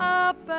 up